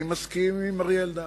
אני מסכים עם אריה אלדד.